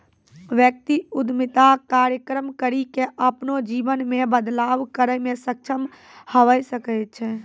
व्यक्ति उद्यमिता कार्यक्रम करी के अपनो जीवन मे बदलाव करै मे सक्षम हवै सकै छै